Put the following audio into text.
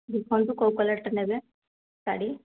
ଦେଖନ୍ତୁ କେଉଁ କଲର୍ଟା ନେବେ ଶାଢ଼ୀ